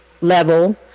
level